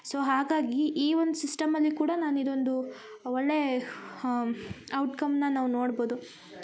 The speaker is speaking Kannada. ಸೊ ಹಾಗಾಗಿ ಈ ಒಂದು ಸಿಸ್ಟಮ್ ಅಲ್ಲಿ ಕೂಡ ನಾನು ಇದೊಂದು ಒಳ್ಳೆಯ ಔಟ್ಕಮ್ನ ನಾವು ನೋಡ್ಬೋದು